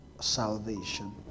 salvation